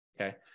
Okay